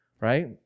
right